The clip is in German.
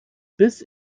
bis